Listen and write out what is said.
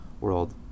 world